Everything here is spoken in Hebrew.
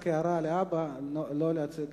רק הערה, להבא לא להציג